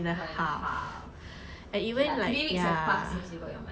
one and a half okay lah three weeks have passed